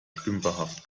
stümperhaft